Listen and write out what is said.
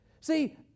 See